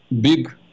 big